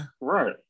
Right